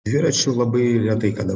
dviračiu labai retai kada